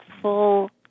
full